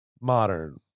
modern